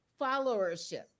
followership